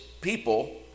people